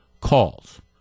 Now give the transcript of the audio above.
calls